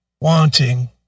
Wanting